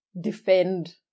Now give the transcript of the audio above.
defend